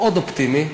מאוד אופטימי.